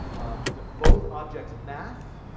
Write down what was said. um the both object's mass,